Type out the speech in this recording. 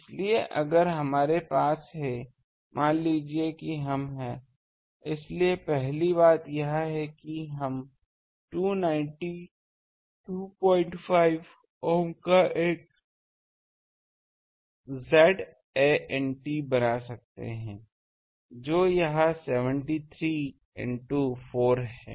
इसलिए अगर हम पास हैं मान लें कि हम हैं इसलिए पहली बात यह है कि हम 2925 ohm का एक Zant बना सकते हैं जो यहां 73 इनटू 4 है